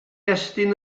estyn